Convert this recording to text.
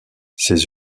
ses